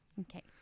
Okay